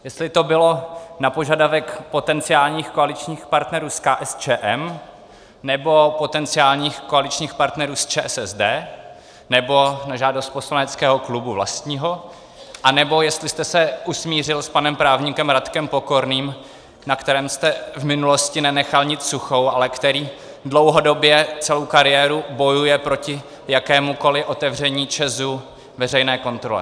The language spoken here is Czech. Jestli to bylo na požadavek potenciálních koaličních partnerů z KSČM, nebo potenciálních koaličních partnerů z ČSSD, nebo na žádost poslaneckého klubu vlastního, anebo jestli jste se usmířil s panem právníkem Radkem Pokorným, na kterém jste v minulosti nenechal nit suchou, ale který dlouhodobě, celou kariéru bojuje proti jakémukoliv otevření ČEZu veřejné kontrole.